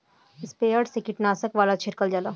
sprayer से कीटनाशक वाला छीटल जाला